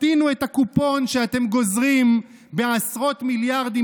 תקטינו את הקופון שאתם גוזרים בעשרות מיליארדים